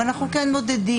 אנחנו כן מודדים,